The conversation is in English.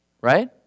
right